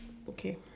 okay